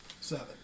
Seven